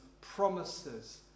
promises